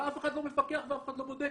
אף אחד לא מפקח ואף אחד לא בודק.